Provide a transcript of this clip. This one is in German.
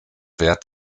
wert